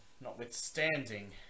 notwithstanding